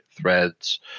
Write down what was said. threads